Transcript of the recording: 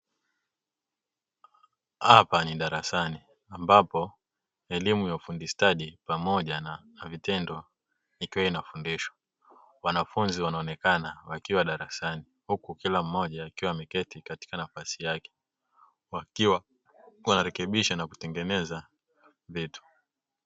Hapa ni darasani ambapo elimu ya ufundi stadi pamoja na vitendo ikiwa inafundishwa, wanafunzi wanaonekana wakiwa darasani huku kila mmoja akiwa ameketi katika nafasi yake wakiwa wanarekebisha na kutengeneza vitu.